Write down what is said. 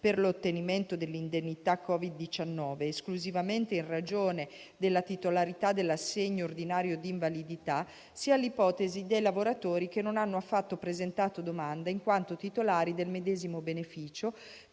per l'ottenimento dell'indennità Covid-19 esclusivamente in ragione della titolarità dell'assegno ordinario di invalidità, sia l'ipotesi dei lavoratori che non hanno affatto presentato domanda in quanto titolari del medesimo beneficio,